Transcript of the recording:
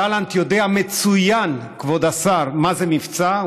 גלנט יודע מצוין, כבוד השר, מה זה מבצע.